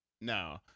No